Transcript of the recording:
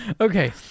okay